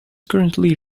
currently